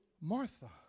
Martha